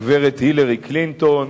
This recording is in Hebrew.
הגברת הילרי קלינטון,